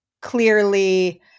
clearly